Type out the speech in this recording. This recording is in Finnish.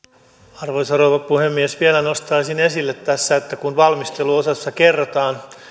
arvoisa rouva puhemies vielä nostaisin esille tässä että kun valmisteluosassa kerrotaan